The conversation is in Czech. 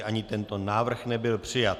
Ani tento návrh nebyl přijat.